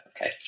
Okay